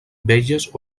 velles